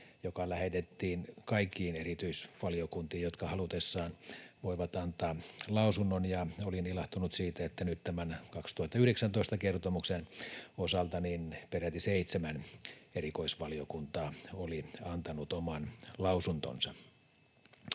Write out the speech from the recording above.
joka lähetettiin kaikkiin erikoisvaliokuntiin, jotka halutessaan voivat antaa lausunnon, ja olin ilahtunut siitä, että nyt tämän vuoden 2019 kertomuksen osalta peräti seitsemän erikoisvaliokuntaa oli antanut oman lausuntonsa.